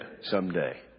someday